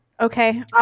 Okay